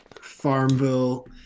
Farmville